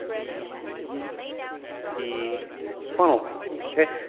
e e funnel okay